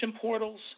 portals